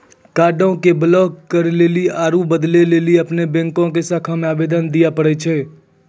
कार्डो के ब्लाक करे लेली आरु बदलै लेली अपनो बैंको के शाखा मे आवेदन दिये पड़ै छै